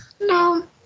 No